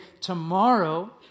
Tomorrow